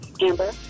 Amber